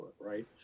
right